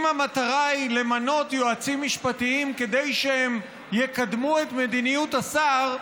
אם המטרה היא למנות יועצים משפטיים כדי שהם יקדמו את מדיניות השר,